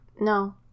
No